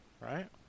right